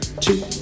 two